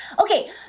Okay